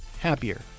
happier